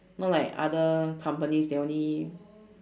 not like other companies they only